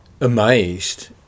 amazed